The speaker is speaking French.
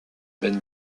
ben